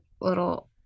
little